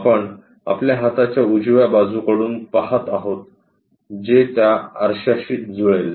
आपण आपल्या हाताच्या उजव्या बाजूकडून पहात आहोत जे त्या आरशाशी जुळेल